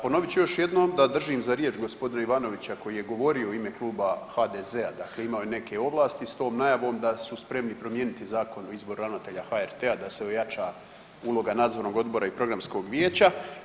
Ponovit ću još jednom da držim za riječ gospodina Ivanovića koji je govorio u ime Kluba HDZ-a, dakle imamo je neke ovlasti s tom najavom da su spremni promijeniti Zakon o izboru ravnatelja HRT-a da se ojača uloga nadzornog odbora i programskog vijeća.